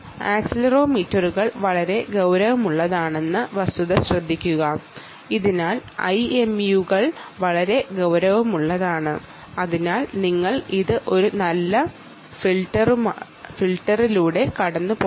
ആക്സിലറോമീറ്ററുകൾ വളരെ ഗൌരവമുള്ളതാണെന്ന വസ്തുത ശ്രദ്ധിക്കുക അതിനാൽ IMU കൾ വളരെ ഗൌരവമുള്ളതാണ് അതിനാൽ നിങ്ങൾ ഇത് ഒരു നല്ല ഫിൽട്ടറിലൂടെ കടത്തിവിടണം